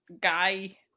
guy